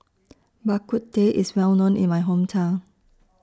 Bak Kut Teh IS Well known in My Hometown